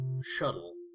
shuttle